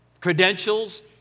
credentials